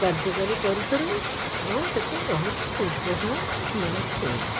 କାର୍ଯ୍ୟକାରୀ କରୁଛନ୍ତି ଏବଂ ସେଥିରେ ବହୁତ ଉପଶମ ପାଇ ସେମାନଙ୍କୁ ମିଳୁଛି